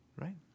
Right